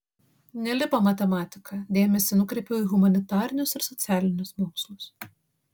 nelipo matematika dėmesį nukreipiau į humanitarinius ir socialinius mokslus